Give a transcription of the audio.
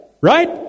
Right